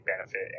benefit